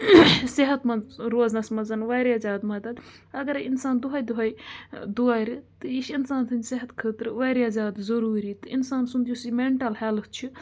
صحت منٛد روزنَس منٛز واریاہ زیادٕ مَدت اَگرَے اِنسان دۄہَے دۄہَے دورِ تہٕ یہِ چھِ اِنسان سٕنٛدۍ صحت خٲطرٕ واریاہ زیادٕ ضٔروٗری تہٕ اِنسان سُنٛد یُس یہِ مٮ۪نٹَل ہٮ۪لٕتھ چھِ